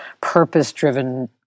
purpose-driven